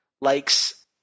likes